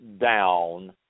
down